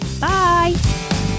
Bye